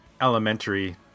elementary